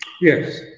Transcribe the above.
Yes